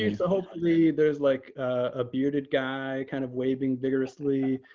and so hopefully there's like a bearded guy kind of waving vigorously.